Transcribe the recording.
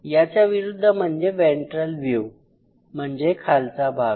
याच्या विरुद्ध म्हणजे वेन्ट्रल व्यू म्हणजे खालचा भाग